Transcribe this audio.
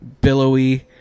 billowy